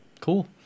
Cool